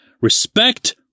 Respect